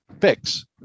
fix